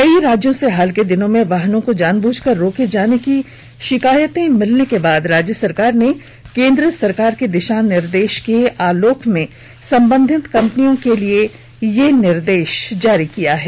कई राज्यों से हाल के दिनों में वाहनों को जानबूझकर रोके जाने की शिकायतें मिलने के बाद राज्य सरकार ने केंद्र सरकार के दिशानिर्देश के आलोक में संबंधित कंपनियों के लिए यह निर्देश जारी किया है